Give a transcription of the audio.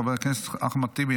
חבר הכנסת אחמד טיבי,